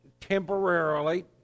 temporarily